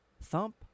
thump